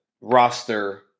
roster